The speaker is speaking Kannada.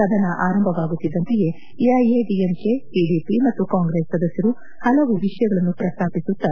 ಸದನ ಆರಂಭವಾಗುತ್ತಿದ್ದಂತೆಯೇ ಎಐಎಡಿಎಂಕೆ ಟಡಿಪಿ ಮತ್ತು ಕಾಂಗ್ರೆಸ್ ಸದಸ್ಕರು ಪಲವು ವಿಷಯಗಳನ್ನು ಪ್ರಸ್ತಾಪಿಸುತ್ತಾ